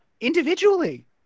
individually